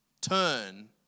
turn